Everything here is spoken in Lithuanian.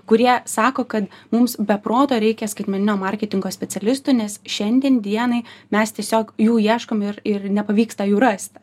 kurie sako kad mums be proto reikia skaitmeninio marketingo specialistų nes šiandien dienai mes tiesiog jų ieškom ir ir nepavyksta jų rasti